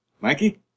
Mikey